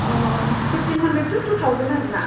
O fifteen hundred to two thousand आरो ना